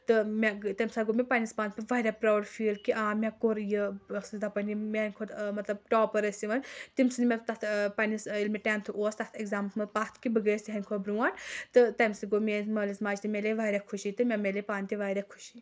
تہٕ مےٚ گٔیۍ تَمہِ ساتہٕ گوٚو مےٚ پَنٕنِس پانَس پٮ۪ٹھ واریاہ پروُڈ فیٖل کہِ آ مےٚ کوٚر یہِ بہٕ ٲسٕس دَپان یِم میٲنہِ کھۄتہٕ مطلب ٹاپر ٲسۍ یِوان تِم ژھٕنۍ مےٚ تَتھ پَنٕنِس ییٚلہِ مےٚ ٹیٚنٛتھہٕ اوس تَتھ ایٚکزامَس منٛز پَتھ تہٕ کہِ بہٕ گٔیَس تِہںٛد کھۄتہِٕ برۄنٛٹھ تہٕ تَمہِ سۭتۍ گوٚو میٲنِس مٲلِس ماجہِ تہِ مِلے واریاہ خُوشی تہِ مےٚ مِلے پانہٕ تہِ واریاہ خوشی